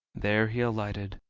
there he alighted,